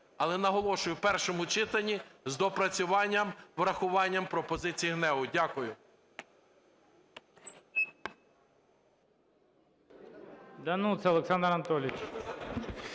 але, наголошую, в першому читанні, з доопрацюванням, врахуванням пропозицій ГНЕУ. Дякую.